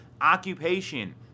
occupation